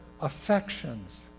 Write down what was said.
affections